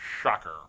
Shocker